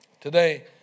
Today